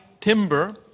timber